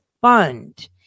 fund